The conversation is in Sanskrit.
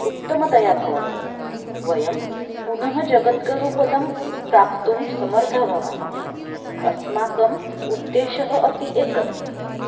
उत्तमतया भवति वयं पुनः जगद्गुरुपदं प्राप्तुं समर्थाः भवामः अस्माकम् उद्देशः अपि एतत्